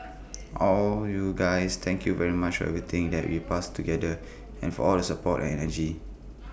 all you guys thank you very much everything that we passed together and for all the support and energy